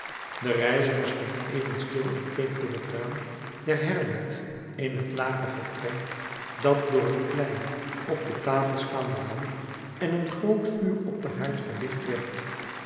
de reiziger stond even stil en keek door het raam der herberg in het lage vertrek dat door een kleine op de tafel staande lamp en een groot vuur op den haard verlicht werd